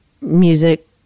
music